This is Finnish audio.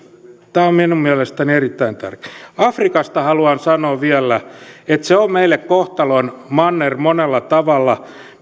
tämä on minun mielestäni erittäin tärkeää afrikasta haluan sanoa vielä että se on meille kohtalon manner monella tavalla